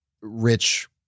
rich